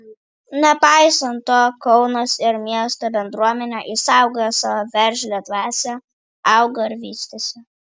nepaisant to kaunas ir miesto bendruomenė išsaugojo savo veržlią dvasią augo ir vystėsi